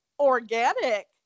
organic